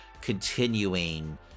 continuing